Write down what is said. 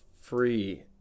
free